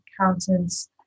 accountants